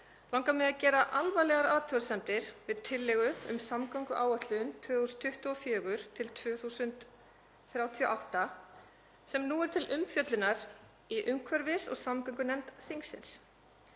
langar mig að gera alvarlegar athugasemdir við tillögu um samgönguáætlun 2024–2038 sem nú er til umfjöllunar í umhverfis- og samgöngunefnd þingsins.